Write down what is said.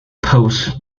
post